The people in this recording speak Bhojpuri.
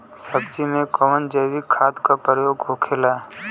सब्जी में कवन जैविक खाद का प्रयोग होखेला?